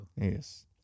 Yes